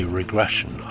regression